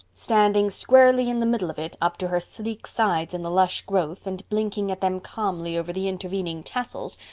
standing squarely in the middle of it, up to her sleek sides in the lush growth, and blinking at them calmly over the intervening tassels,